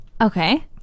Okay